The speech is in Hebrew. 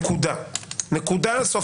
נקודה, סוף